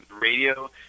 radio